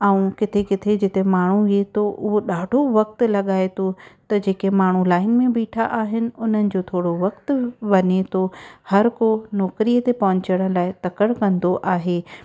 ऐं किथे किथे जिते माण्हू वीहे थो उहो ॾाढो वक़्तु लॻाए थो त जेके माण्हू लाइन में बीठा आहिनि उन्हनि जो थोरो वक़्तु वञे थो हर को नौकरीअ ते पहुचण लाइ तकड़ि कंदो आहे